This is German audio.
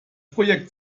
projekt